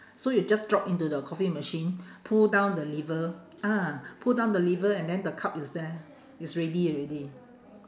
so you just drop into the coffee machine pull down the lever ah pull down the lever and then the cup is there it's ready already